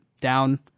down